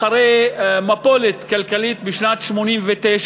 אחרי מפולת כלכלית בשנת 1989,